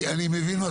הקרקעות